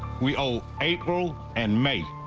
we owe april and may.